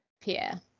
Pierre